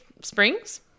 Springs